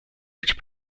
which